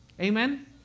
Amen